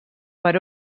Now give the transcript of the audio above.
per